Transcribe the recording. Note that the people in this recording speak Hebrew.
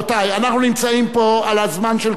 אנחנו נמצאים פה על הזמן של כולנו.